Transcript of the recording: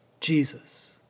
Jesus